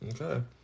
Okay